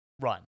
run